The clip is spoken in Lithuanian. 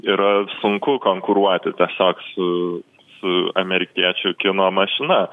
yra sunku konkuruoti tiesiog su su amerikiečių kino mašina